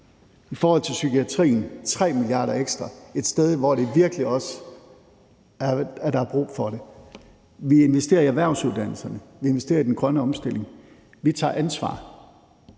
angår psykiatrien, er det 3 mia. kr. ekstra. Det er et sted, hvor det virkelig også er brug for det. Vi investerer i erhvervsuddannelserne. Vi investerer i den grønne omstilling. Vi tager ansvar.